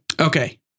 Okay